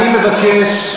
אני מבקש,